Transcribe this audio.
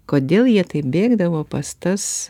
kodėl jie taip bėgdavo pas tas